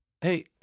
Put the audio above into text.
hey